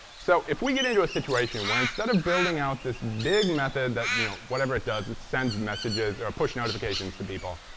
so if we get into a situation where instead of building out this big method that whatever it does it sends messages or push notifications to people,